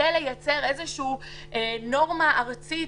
לייצר איזושהי נורמה ארצית,